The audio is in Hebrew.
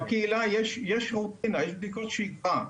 בקהילה יש רוטינה, יש בדיקות שגרה.